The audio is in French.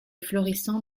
florissant